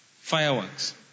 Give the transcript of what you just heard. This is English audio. fireworks